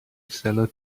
seller